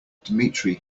dmitry